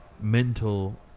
mental